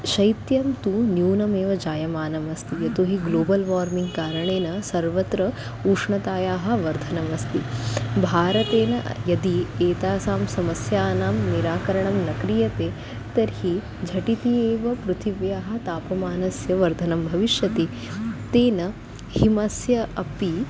शैत्यं तु न्यूनमेव जायमानमस्ति यतोहि ग्लोबल् वार्मिङ्ग् कारणेन सर्वत्र उष्णतायाः वर्धनमस्ति भारतेन यदि एतासां समस्यानां निराकरणं न क्रियते तर्हि झटिति एव पृथिव्याः तापमानस्य वर्धनं भविष्यति तेन हिमस्य अपि